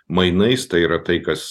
mainais tai yra tai kas